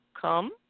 come